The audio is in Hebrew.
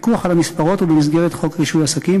הפיקוח על המספרות הוא במסגרת חוק רישוי עסקים,